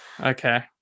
Okay